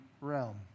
realm